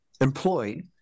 employed